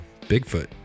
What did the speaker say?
Bigfoot